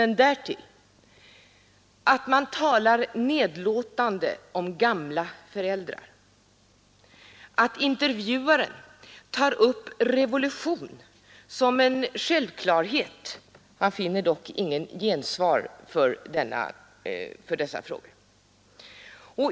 I artikeln talas nedlåtande om gamla finner dock inget gensvar när det gäller dessa frågor.